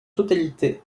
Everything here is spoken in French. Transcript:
totalité